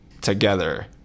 together